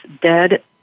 dead